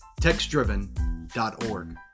textdriven.org